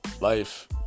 Life